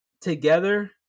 together